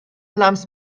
لمس